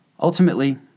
Ultimately